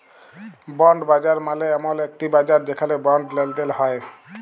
bond বাজার মালে এমল একটি বাজার যেখালে বন্ড লেলদেল হ্য়েয়